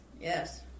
yes